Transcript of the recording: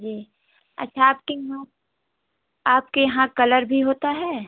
जी अच्छा आपके यहाँ आपके यहाँ कलर भी होता है